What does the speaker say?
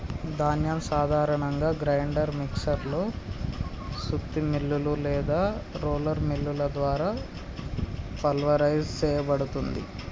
ధాన్యం సాధారణంగా grinder mixer లో సుత్తి మిల్లులు లేదా రోలర్ మిల్లుల ద్వారా పల్వరైజ్ సేయబడుతుంది